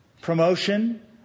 promotion